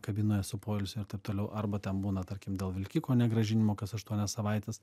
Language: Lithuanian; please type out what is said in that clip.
kabinoje su poilsio ir taip toliau arba ten būna tarkim dėl vilkiko negrąžinimo kas aštuonias savaites